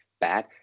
bad